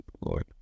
Lord